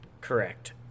correct